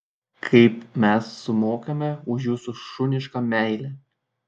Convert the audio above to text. kaip mes sumokame už jūsų šunišką meilę